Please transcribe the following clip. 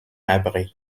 abri